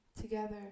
together